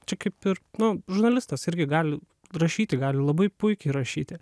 čia kaip ir nu žurnalistas irgi gali rašyti gali labai puikiai rašyti